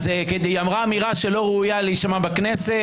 היא אמרה אמירה שלא ראויה להישמע בכנסת.